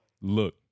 look